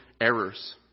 errors